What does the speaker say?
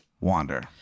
wander